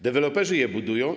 Deweloperzy je budują.